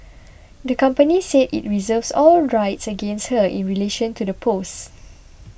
the company said it reserves all rights against her in relation to the post